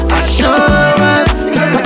assurance